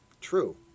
True